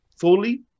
fully